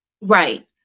right